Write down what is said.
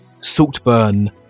Saltburn